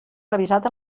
revisat